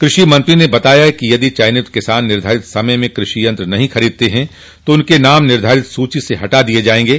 क्रषि मंत्री ने बताया कि यदि चयनित किसान निर्धारित समय में कृषि यंत्र नहीं खरीदते हैं तो उनके नाम निर्धारित सूची से हटा दिये जाएंगे